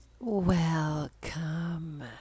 Welcome